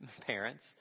parents